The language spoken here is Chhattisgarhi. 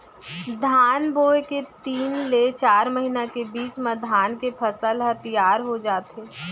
धान बोए के तीन ले चार महिना के बीच म धान के फसल ह तियार हो जाथे